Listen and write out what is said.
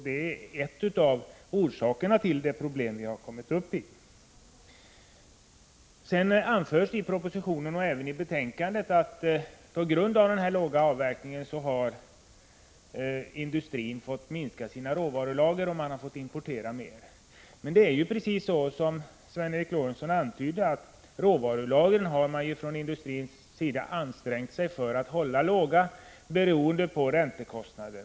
Det är en av orsakerna till de nuvarande problemen. I propositionen och även i betänkandet anförs att den låga avverkningsgraden har lett till att industrin fått minska sina råvarulager och importera mer råvara. Men det är ju precis så som Sven Eric Lorentzon antydde, att industrin på grund av räntekostnaderna har ansträngt sig för att hålla råvarulagren små.